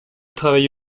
travaille